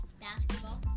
Basketball